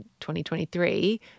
2023